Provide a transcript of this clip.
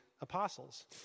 apostles